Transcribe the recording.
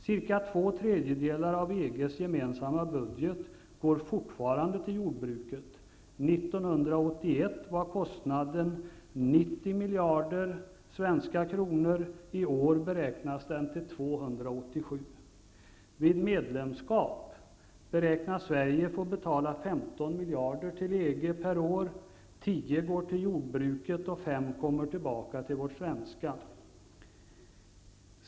Cirka två tredjedelar av EG:s gemensamma budget går fortfarande till jordbruket: 1981 var kostnaden 90 miljarder kronor, och i år beräknas den till 287 Vid medlemskap beräknas Sverige få betala 15 miljarder till EG, varav 10 miljarder går till jordbruket och 5 kommer tillbaka till vårt svenska jordbruk.